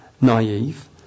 naive